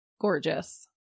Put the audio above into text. Gorgeous